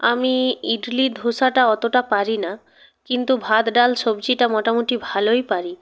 আমি ইডলি ধোসাটা অতটা পারি না কিন্তু ভাত ডাল সবজিটা মোটামুটি ভালোই পারি